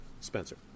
Spencer